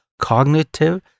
cognitive